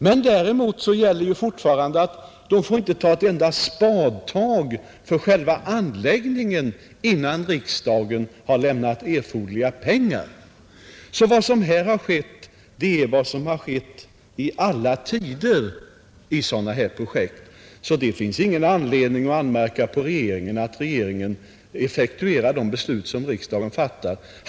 Men däremot gäller ju fortfarande att man inte får ta ett enda spadtag för själva anläggningen innan riksdagen har lämnat erforderliga pengar. Vad som här har skett är således vad som alltid har skett vid sådana här projekt. Det finns därför ingen anledning att anmärka på att regeringen effektuerar de beslut som riksdagen fattar.